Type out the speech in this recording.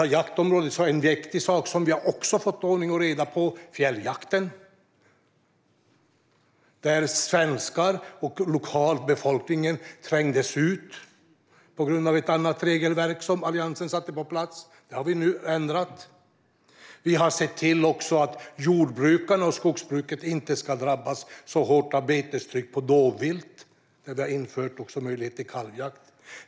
På jaktområdet är en viktig sak som vi också har fått ordning och reda på fjälljakten, där svenskar och lokalbefolkningen trängdes ut på grund av ett annat regelverk som Alliansen satte på plats. Detta har vi nu ändrat. Vi har också sett till att jordbruket och skogsbruket inte ska drabbas så hårt av betestryck från dovvilt, där vi har infört möjlighet till kalvjakt.